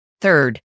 Third